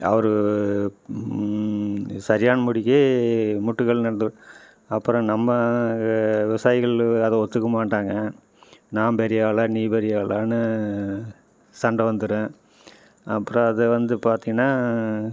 அவர் சரியான படிக்கு முட்டுக்கல் அந்த அப்புறம் நம்ம விவசாயிகள் யாரும் ஒத்துக்கமாட்டாங்க நான் பெரிய ஆளா நீ பெரிய ஆளான்னு சண்டை வந்துடும் அப்பறம் அதை வந்து பார்த்திங்கனா